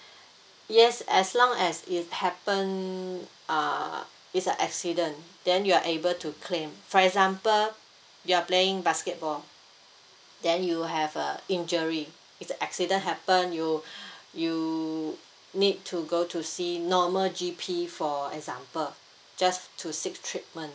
yes as long as it happen uh it's a accident then you're able to claim for example you're playing basketball then you have uh injury if accident happen you you need to go to see normal G_P for example just to seek treatment